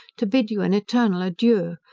to bid you an eternal adieu!